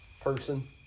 person